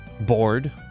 bored